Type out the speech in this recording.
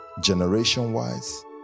generation-wise